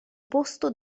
posto